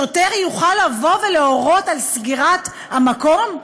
שוטר יוכל לבוא ולהורות על סגירת המקום?